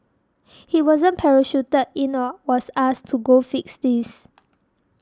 he wasn't parachuted in or was asked to go fix this